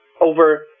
over